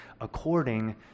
according